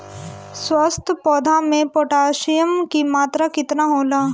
स्वस्थ पौधा मे पोटासियम कि मात्रा कितना होला?